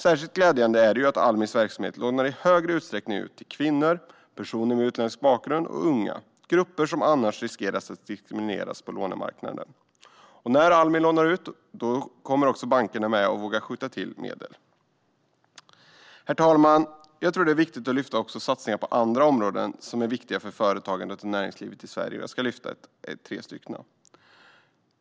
Särskilt glädjande är det att Almis verksamhet i stor utsträckning lånar ut till kvinnor, personer med utländsk bakgrund och unga, grupper som annars riskerar att diskrimineras på lånemarknaden. Och när Almi lånar ut kommer också bankerna att vara med och våga skjuta till medel. Herr talman! Jag tror att det är viktigt att också lyfta fram satsningar på andra utgiftsområden som är viktiga för företagandet och näringslivet i Sverige, och jag ska lyfta fram tre av dem.